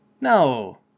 No